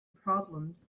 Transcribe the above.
problems